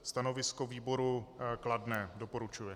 Stanovisko výboru kladné, doporučuje.